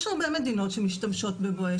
יש הרבה מדינות שמשתמשות ב"בואש",